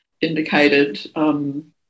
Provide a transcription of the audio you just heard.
indicated